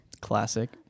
Classic